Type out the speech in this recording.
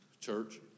church